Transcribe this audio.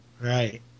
Right